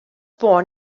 born